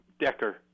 Decker